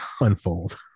unfold